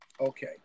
Okay